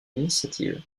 initiative